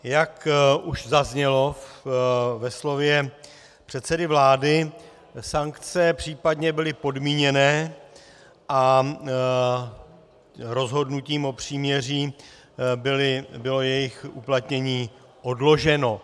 Jak už zaznělo ve slově předsedy vlády, sankce případně byly podmíněné a rozhodnutím o příměří bylo jejich uplatnění odloženo.